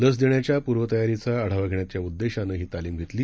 लसदेण्याच्यापूर्वतयारीचाआढावाघेण्याच्याउद्देशानंहीतालीमघेतली